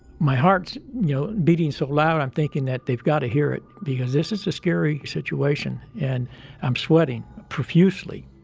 my heart's, you know beating so loud i'm thinking that they've got to hear it because this is a scary situation and i'm sweating profusely.